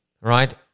right